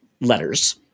letters